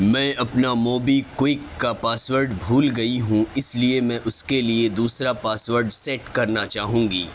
میں اپنا MobiKwik کا پاسورڈ بھول گئی ہوں اس لیے میں اس کے لیے دوسرا پاسورڈ سیٹ کرنا چاہوں گی